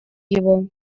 его